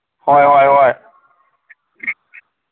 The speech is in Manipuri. ꯍꯣꯏ ꯍꯣꯏ ꯍꯣꯏ